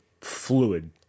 fluid